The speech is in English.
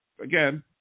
again